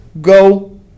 go